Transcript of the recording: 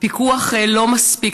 פיקוח לא מספיק,